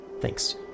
Thanks